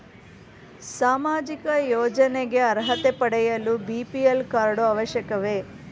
ಸಾಮಾಜಿಕ ಯೋಜನೆಗೆ ಅರ್ಹತೆ ಪಡೆಯಲು ಬಿ.ಪಿ.ಎಲ್ ಕಾರ್ಡ್ ಅವಶ್ಯಕವೇ?